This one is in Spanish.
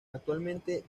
actualmente